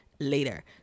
Later